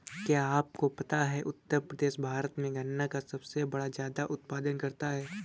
क्या आपको पता है उत्तर प्रदेश भारत में गन्ने का सबसे ज़्यादा उत्पादन करता है?